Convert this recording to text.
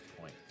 point